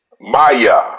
Maya